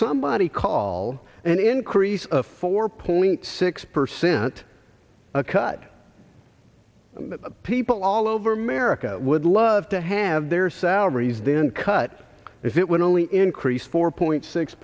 somebody call an increase of four point six percent a cut people all over america would love to have their salaries then cut if it would only increase four point six